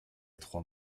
trois